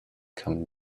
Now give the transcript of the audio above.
come